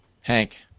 Hank